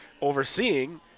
overseeing